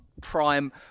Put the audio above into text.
prime